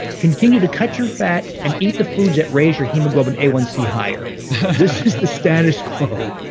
continue to cut your fat and eat the foods that raise your hemoglobin a one c higher. this is the status quo,